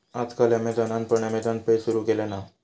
आज काल ॲमेझॉनान पण अँमेझॉन पे सुरु केल्यान हा